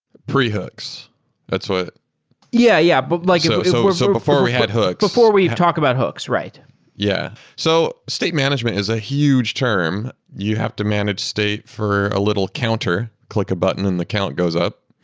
pre-hooks. that's what yeah, yeah but like you know so so before we had hooks before we talk about hooks. right sed yeah so state management is a huge term. you have to manage state for a little counter. click a button and the count goes up.